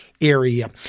area